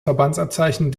verbandsabzeichen